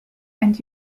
and